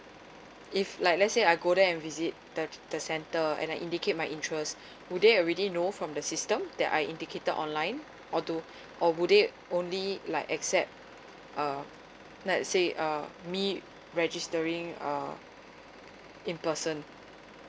if like let's say I go there and visit the the center and I indicate my interest would they already know from the system that I indicated online or do or would it only like accept uh let's say um meet registering uh in person